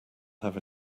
have